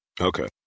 Okay